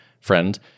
friend